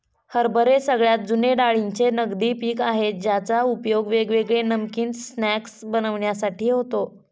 हरभरे सगळ्यात जुने डाळींचे नगदी पिक आहे ज्याचा उपयोग वेगवेगळे नमकीन स्नाय्क्स बनविण्यासाठी होतो